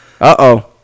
uh-oh